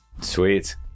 Sweet